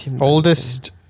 Oldest